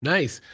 Nice